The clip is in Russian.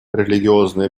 религиозные